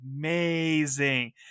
amazing